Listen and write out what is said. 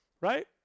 right